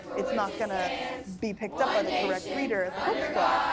it's not gonna be picked up by the correct reader at the bookstore.